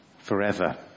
forever